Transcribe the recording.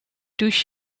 douche